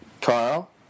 Carl